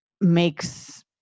makes